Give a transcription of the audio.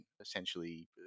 essentially